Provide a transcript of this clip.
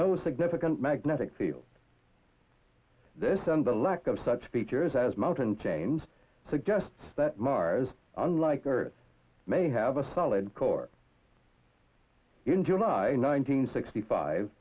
no significant magnetic field this and the lack of such features as mountain chains suggests that mars unlike earth may have a solid core in july nine hundred sixty five